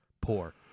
poor